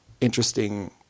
interesting